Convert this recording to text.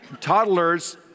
toddlers